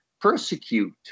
persecute